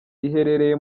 riherereye